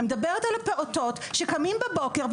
אני מדברת על הפעוטות שקמים בבוקר,